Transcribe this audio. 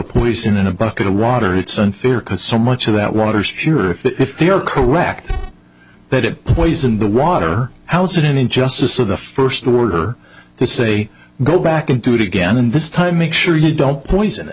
poison in a bucket of water it's unfair because so much of that water spirit if they are correct that it poisoned the water how is it any justice of the first order to say go back and do it again and this time make sure you don't poison